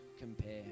compare